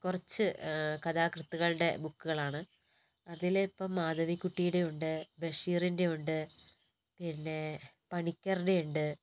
കുറച്ച് കഥാകൃത്തുക്കളുടെ ബുക്കുകളാണ് അതിലിപ്പം മാധവികുട്ടിയുടെ ഉണ്ട് ബഷീറിൻ്റെ ഉണ്ട് പിന്നെ പണിക്കരുടെ ഉണ്ട്